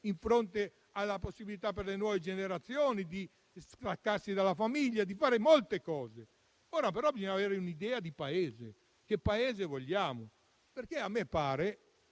con la possibilità per le nuove generazioni di staccarsi dalla famiglia e di fare molte cose. Ora però bisogna avere un'idea di Paese e capire che Paese vogliamo, perché a me pare